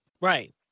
Right